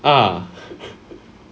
ah